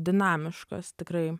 dinamiškas tikrai